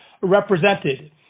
represented